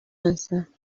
answer